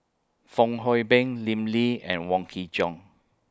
Fong Hoe Beng Lim Lee and Wong Kin Jong